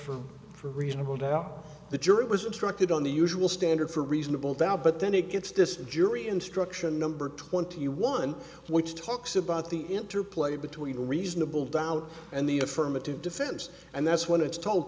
standard for reasonable doubt the jury was instructed on the usual standard for reasonable doubt but then it gets this jury instruction number twenty one which talks about the interplay between reasonable doubt and the affirmative defense and that's when it's told